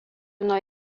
nuo